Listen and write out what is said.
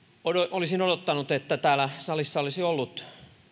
olisin odottanut että täällä salissa olisi ollut